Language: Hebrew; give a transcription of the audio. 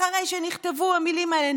אחרי שנכתבו המילים האלה,